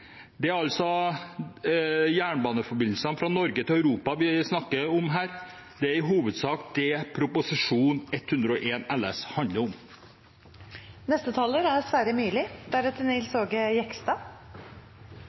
Det er altså jernbaneforbindelsene fra Norge til Europa vi snakker om her. Det er i hovedsak det Prop. 101 LS handler